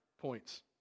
points